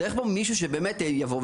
צריך כאן מישהו שבאמת יבוא.